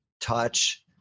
touch